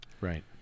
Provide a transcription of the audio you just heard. Right